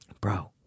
Bro